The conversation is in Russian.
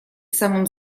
самым